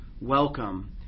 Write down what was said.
welcome